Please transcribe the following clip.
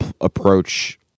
approach